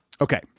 Okay